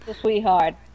sweetheart